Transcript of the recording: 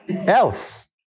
else